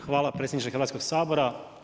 Hvala predsjedniče Hrvatskog sabora.